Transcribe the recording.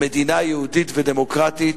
במדינה יהודית ודמוקרטית,